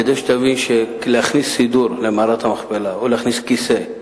כדי שתבין שלהכניס סידור למערת המכפלה או להכניס כיסא,